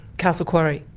castle quarry.